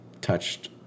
touched